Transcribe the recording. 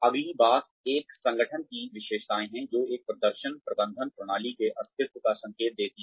अगली बात एक संगठन की विशेषताएँ हैं जो एक प्रदर्शन प्रबंधन प्रणाली के अस्तित्व का संकेत देती हैं